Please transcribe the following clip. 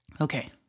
Okay